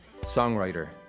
songwriter